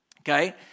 Okay